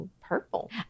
purple